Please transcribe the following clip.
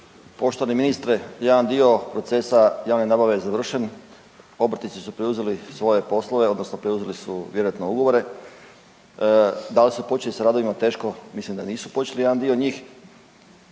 Poštovani ministre. Jedan dio procesa javne nabave je završen, obrtnici su preuzeli svoje poslove, odnosno preuzeli su vjerojatno ugovore. Da li su počeli sa radovima, teško, mislim da nisu počeli. Jedan dio njih,